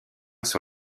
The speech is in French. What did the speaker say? sur